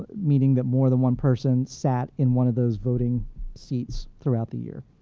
meaning that more than one person sat in one of those voting seats throughout the year.